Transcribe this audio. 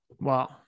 wow